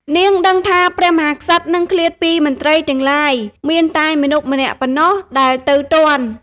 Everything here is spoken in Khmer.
នាងដឹងថាព្រះមហាក្សត្រនឹងឃ្លាតពីមន្ត្រីទាំងឡាយ មានតែមាណពម្នាក់ប៉ុណ្ណោះដែលទៅទាន់។